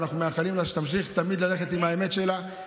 ואנחנו מאחלים לה שתמשיך תמיד ללכת עם האמת שלה.